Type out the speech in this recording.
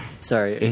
sorry